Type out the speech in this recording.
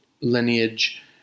lineage